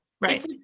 Right